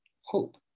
hope